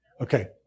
Okay